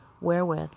wherewith